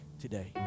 Today